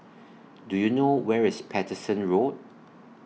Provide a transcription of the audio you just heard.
Do YOU know Where IS Paterson Road